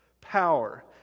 Power